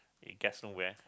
it gets no where